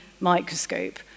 microscope